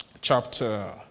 chapter